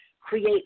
create